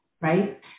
right